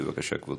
בבקשה, כבודו.